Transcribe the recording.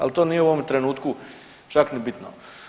Ali to nije u ovom trenutku čak ni bitno.